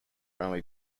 only